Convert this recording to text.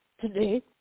today